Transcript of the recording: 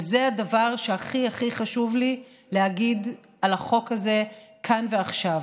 וזה הדבר שהכי הכי חשוב לי להגיד על החוק הזה כאן ועכשיו: